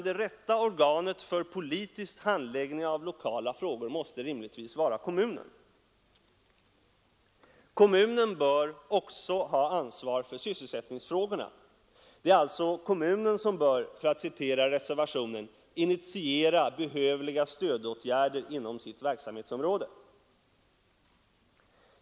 Det rätta organet för politisk handläggning av lokala frågor måste rimligtvis vara kommunen. Kommunen bör också ha ansvar för sysselsättningsfrågorna. Det är alltså kommunen som bör, för att citera reservationen, ”initiera behövliga stödåtgärder inom sina verksamhetsområden”.